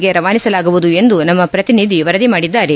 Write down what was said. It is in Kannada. ಗೆ ರವಾನಿಸಲಾಗುವುದು ಎಂದು ನಮ್ಮ ಪ್ರತಿನಿಧಿ ವರದಿ ಮಾಡಿದ್ದಾರೆ